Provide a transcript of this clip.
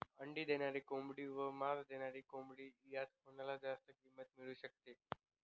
अंडी देणारी कोंबडी व मांस देणारी कोंबडी यात कोणाला जास्त किंमत मिळू शकते?